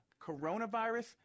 Coronavirus